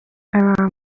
aba